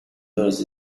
lose